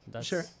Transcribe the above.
Sure